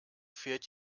fährt